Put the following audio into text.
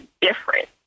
different